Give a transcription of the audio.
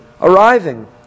arriving